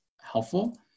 helpful